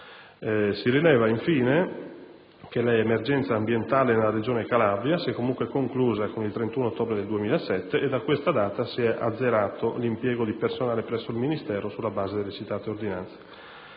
Si rileva, infine, che l'emergenza ambientale nella Regione Calabria si è comunque conclusa il 31 ottobre 2007 e che da questa data si è azzerato l'impiego di personale presso il Ministero sulla base delle citate ordinanze.